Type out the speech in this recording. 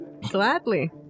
Gladly